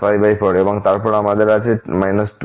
4 এবং তারপর আমাদের আছে 2